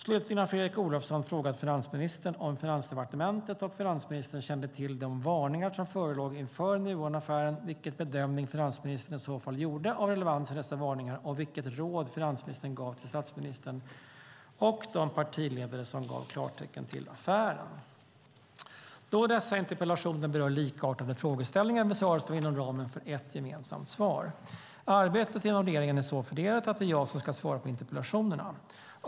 Slutligen har Fredrik Olovsson frågat finansministern om Finansdepartementet och finansministern kände till de varningar som förelåg inför Nuonaffären, vilken bedömning finansministern i så fall gjorde av relevansen i dessa varningar och vilket råd finansministern gav till statsministern och de partiledare som gav klartecken för affären. Då dessa interpellationer berör likartade frågeställningar besvaras de inom ramen för ett gemensamt svar. Arbetet inom regeringen är så fördelat att det är jag som ska svara på interpellationerna.